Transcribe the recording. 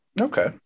Okay